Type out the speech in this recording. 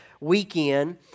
weekend